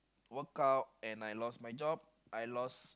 work out and I lost my job I lost